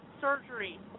surgery